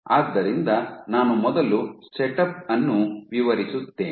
ಆದ್ದರಿಂದ ನಾನು ಮೊದಲು ಸೆಟಪ್ ಅನ್ನು ವಿವರಿಸುತ್ತೇನೆ